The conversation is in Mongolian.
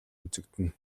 үзэгдэнэ